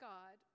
God